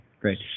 great